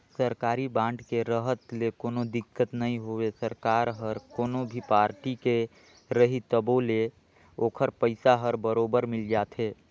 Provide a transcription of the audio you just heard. सरकारी बांड के रहत ले कोनो दिक्कत नई होवे सरकार हर कोनो भी पारटी के रही तभो ले ओखर पइसा हर बरोबर मिल जाथे